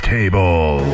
Table